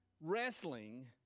wrestling